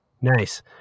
nice